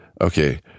Okay